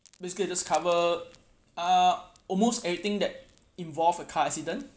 basically it just cover uh almost everything that involved a car accident